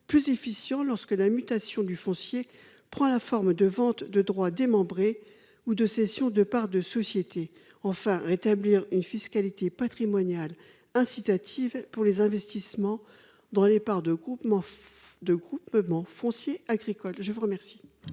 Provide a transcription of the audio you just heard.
plus efficient, lorsque sa mutation prend la forme d'une vente de droits démembrés ou d'une cession de parts de société ; quatrièmement, rétablir une fiscalité patrimoniale incitative pour les investissements dans les parts de groupements fonciers agricoles. La parole